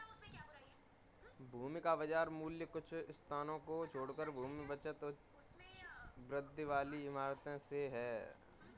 भूमि का बाजार मूल्य कुछ स्थानों को छोड़कर भूमि बचत उच्च वृद्धि वाली इमारतों से है